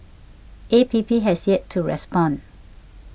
A P P has yet to respond